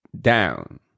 down